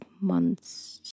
months